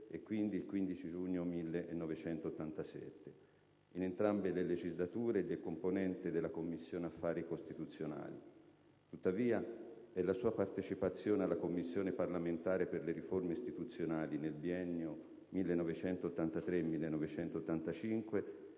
e, quindi, il 15 giugno 1987. In entrambe le legislature, egli è componente della Commissione affari costituzionali; tuttavia, è la sua partecipazione alla Commissione parlamentare per le riforme istituzionali, nel biennio 1983‑1985,